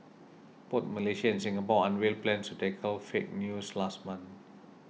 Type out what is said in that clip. both Malaysia and Singapore unveiled plans to tackle fake news last month